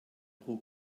pro